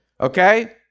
Okay